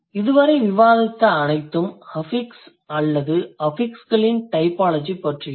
இதுவரை விவாதித்த அனைத்தும் அஃபிக்ஸ் அல்லது அஃபிக்ஸ்களின் டைபாலஜி பற்றியது